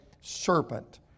serpent